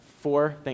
four